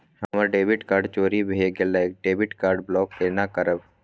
हमर debit card चोरी भगेलै डेबिट कार्ड ब्लॉक केना करब?